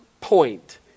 point